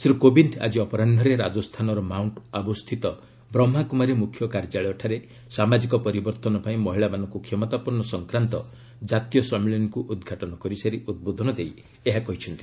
ଶ୍ରୀ କୋବିନ୍ଦ ଆଜି ଅପରାହ୍ନରେ ରାଜସ୍ଥାନର ମାଉଣ୍ଟ ଆବୁ ସ୍ଥିତ ବ୍ରହ୍ମାକୁମାରୀ ମୁଖ୍ୟ କାର୍ଯ୍ୟାଳୟ ଠାରେ 'ସାମାଜିକ ପରିବର୍ତ୍ତନ ପାଇଁ ମହିଳାମାନଙ୍କୁ କ୍ଷମତାପନ୍ନ' ସଂକ୍ରାନ୍ତ ଜାତୀୟ ସମ୍ମିଳନୀକୁ ଉଦ୍ଘାଟନ କରିସାରି ଉଦ୍ବୋଧନ ଦେଇ ଏହା କହିଛନ୍ତି